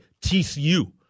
TCU